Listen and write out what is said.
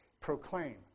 proclaim